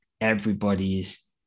everybody's